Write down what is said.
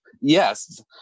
Yes